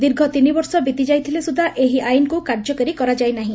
ଦୀର୍ଘ ତିନି ବର୍ଷ ବିତି ଯାଇଥିଲେ ସୁଦ୍ଧା ଏହି ଆଇନ୍କୁ କାର୍ଯ୍ୟକାରୀ କରାଯାଇ ନାହି